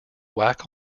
whack